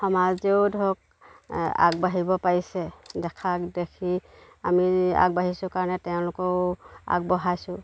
সমাজেও ধৰক আগবাঢ়িব পাৰিছে দেখাক দেখি আমি আগবাঢ়িছোঁ কাৰণে তেওঁলোককো আগবঢ়াইছোঁ